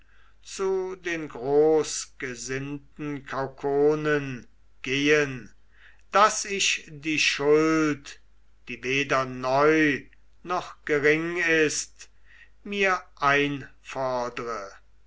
zu den großgesinnten kaukonen gehen daß ich die schuld die weder neu noch gering ist mir einfordre